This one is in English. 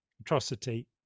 atrocity